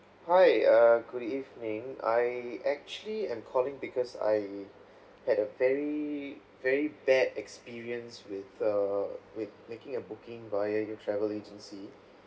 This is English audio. hi err good evening I actually am calling because I had a very very bad experience with err with making a booking via your travel agency